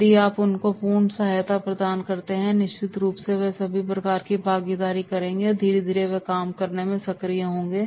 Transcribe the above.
यदि आप उनको पूर्ण सहायता प्रदान करते हैं और निश्चित रूप से वे सभी प्रकार की भागीदारी करेंगे और धीरे धीरे वे काम करने में सक्रिय होंगे